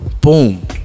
Boom